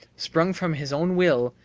sprung from his own will,